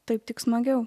taip tik smagiau